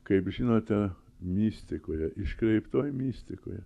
kaip žinote mistikoje iškreiptoj mistikoje